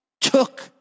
took